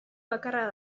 bakarra